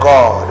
God